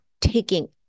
taking